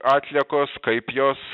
atliekos kaip jos